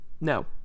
No